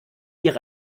ihre